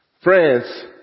Friends